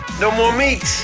no more meats.